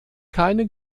keine